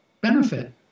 benefit